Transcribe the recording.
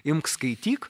imk skaityk